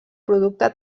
producte